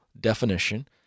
definition